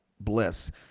bliss